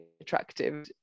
attractive